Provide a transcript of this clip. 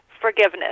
forgiveness